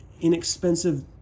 inexpensive